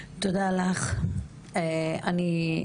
ואנחנו בוועדה נשמח לקדם אותה,